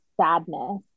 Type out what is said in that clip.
sadness